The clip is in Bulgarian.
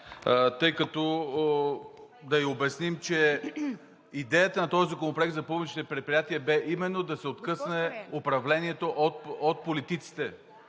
я няма да ѝ обясним, че идеята на този законопроект за публичните предприятия бе именно да се откъсне управлението от политиците.